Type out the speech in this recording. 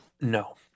No